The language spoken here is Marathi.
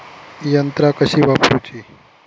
यंत्रा कशी वापरूची?